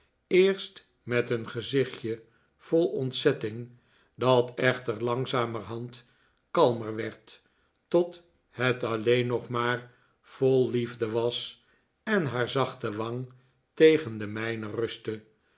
eerst met een gezichtje vol ontzetting dat echter langzamerhand kalmer werd tot het alleen nog maar vol liefde was en haar zachte wang tegen de mijne rustte